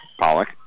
Pollock